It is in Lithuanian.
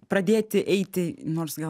pradėti eiti nors gal